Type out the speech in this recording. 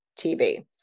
TV